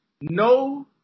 No